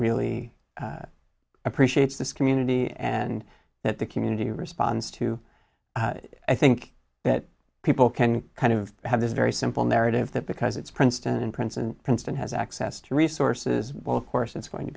really appreciates this community and that the community responds to i think that people can kind of have this very simple narrative that because it's princeton and prince and princeton has access to resources well of course it's going to